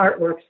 artworks